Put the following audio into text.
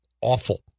awful